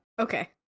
Okay